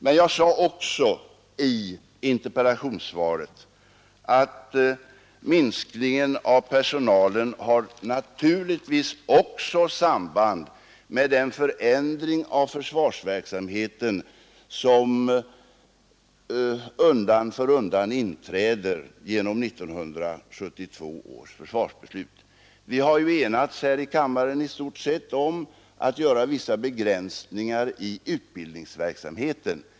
Men jag sade också i interpellationssvaret att minskningen av personalen även har samband med den förändring av försvarsverksamheten som undan för undan inträder genom 1972 års försvarsbeslut. Vi har ju här i kammaren i stort sett enats om att göra vissa begränsningar i utbildningsverksamheten.